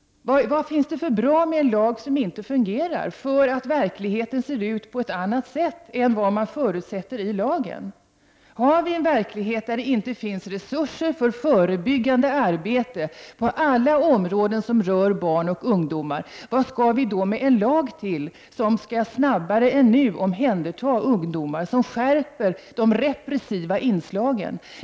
Vad är det för bra med en lag som inte fungerar, därför att verkligheten ser ut på ett helt annat sätt än vad man förutsätter i lagen? Har vi en verklighet där det inte finns resurser för förebyggande arbete på alla områden som berör barn och ungdomar, vad skall vi då ha med en lag till som gör att vi snabbare än nu skall omhänderta ungdomar? Varför skall vi skärpa de repressiva inslagen?